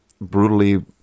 brutally